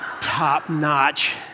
top-notch